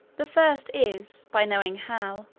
the first is, by knowing how,